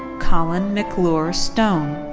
colin mclure stone.